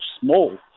small